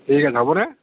ঠিক আছে হ'বনে